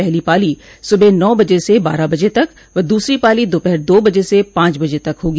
पहली पाली सुबह नौ बजे से बारह बजे तक व दूसरी पाली दोपहर दो बजे से पांच बजे तक होगी